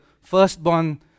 firstborn